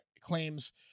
claims